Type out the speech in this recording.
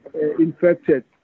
infected